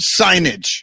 signage